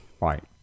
Right